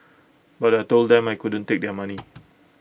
but I Told them I couldn't take their money